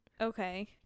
okay